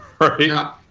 right